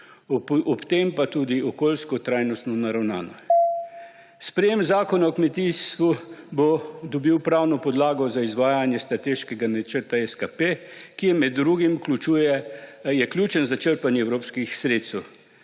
ob tem pa tudi okoljsko trajnostno naravnano. Sprejetje zakona o kmetijstvu bo dalo pravno podlago za izvajanje strateškega načrta SKP, ki je med drugim ključen za črpanje evropskih sredstev.